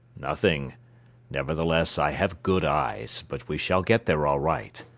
nothing nevertheless, i have good eyes but we shall get there all right.